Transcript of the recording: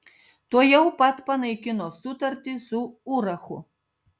tuojau pat panaikino sutartį su urachu